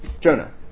Jonah